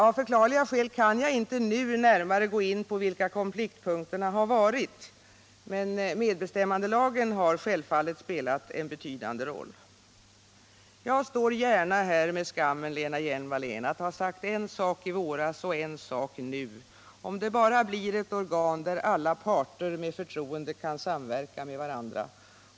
Av förklarliga skäl kan jag inte nu närmare gå in på vilka konfliktpunkterna varit, men medbestämmandelagen har självfallet spelat en betydande roll. Jag står gärna här med skammen, Lena Hjelm-Wallén, att ha sagt en sak i våras och en sak nu, om vi bara får ett organ där alla parter med förtroende kan samverka med varandra.